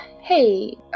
hey